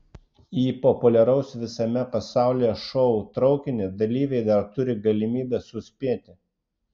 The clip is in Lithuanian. į populiaraus visame pasaulyje šou traukinį dalyviai dar turi galimybę suspėti